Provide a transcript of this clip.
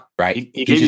Right